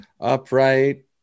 upright